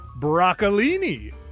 Broccolini